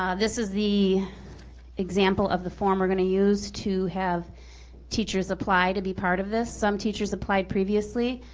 um this is the example of the form we're gonna use to have teachers apply to be part of this. some teachers applied previously,